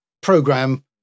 program